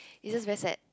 is just very sad